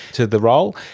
to the role,